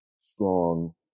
strong